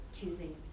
choosing